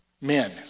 men